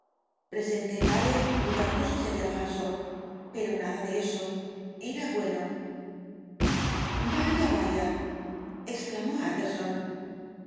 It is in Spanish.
presenté el vale dudando si sería falso pero nada de eso era bueno vaya vaya exclamó utterson